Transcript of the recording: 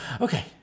Okay